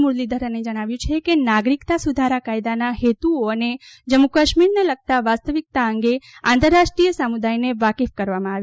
મુરલીધરને જણાવ્યું છે કે નાગરિકતા સુધારા કાયાદના હેતુઓ અને જમ્મુકાશ્મીરને લગતી વાસ્તવિકતા અંગે આંતરરાષ્ટ્રીય સમુદાયને વાકેફ કરવામાં આવ્યા છે